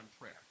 prayer